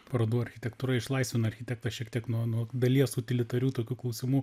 parodų architektūra išlaisvina architektą šiek tiek nuo nuo dalies utilitarių tokių klausimų